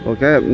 Okay